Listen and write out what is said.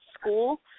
school